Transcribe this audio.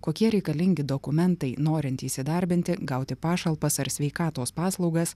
kokie reikalingi dokumentai norint įsidarbinti gauti pašalpas ar sveikatos paslaugas